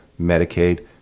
Medicaid